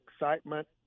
excitement